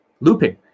Looping